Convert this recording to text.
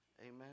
amen